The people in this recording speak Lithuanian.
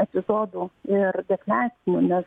epizodų ir defliacinių nes